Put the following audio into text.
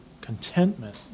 contentment